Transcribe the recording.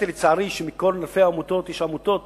ולצערי מצאתי שבכל אלפי העמותות יש עמותות